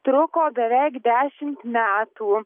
truko beveik dešim metų